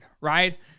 right